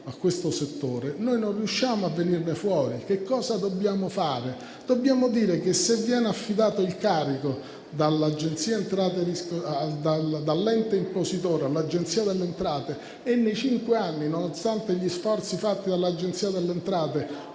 a questo settore, non riusciamo a venirne fuori. Che cosa dobbiamo fare? Dobbiamo dire che se viene affidato il carico dall'ente impositore all'Agenzia delle entrate-riscossione e nei cinque anni successivi, nonostante gli sforzi fatti dall'Agenzia delle entrate,